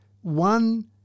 one